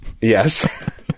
yes